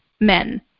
men